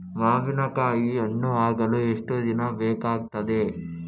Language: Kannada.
ಮಾವಿನಕಾಯಿ ಹಣ್ಣು ಆಗಲು ಎಷ್ಟು ದಿನ ಬೇಕಗ್ತಾದೆ?